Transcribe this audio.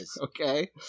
Okay